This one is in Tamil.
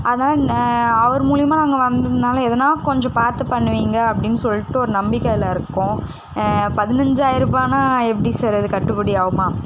அதனால் அவர் மூலயமா நாங்கள் வந்ததனால எதனால் கொஞ்சம் பார்த்து பண்ணுவீங்கள் அப்படின்னு சொல்லிட்டு ஒரு நம்பிக்கையில் இருக்கோம் பதினஞ்சாயிருபானால் எப்படி சார் அது கட்டுப்படி ஆகுமா